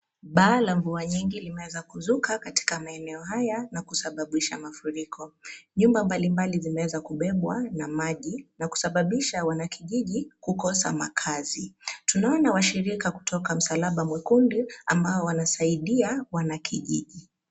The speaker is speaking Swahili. Baa la mvua nyingi limeweza kuzuka katika maeneo haya na kusababisha mafuriko. Nyumba mbalimbali zimeweza kubebwa na maji na kusababisha wanakijiji kukosa makazi. Tunaona washirika kutoka shirika la Msalaba Mwekundu ambao wanasaidia wanakijiji.